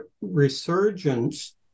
resurgence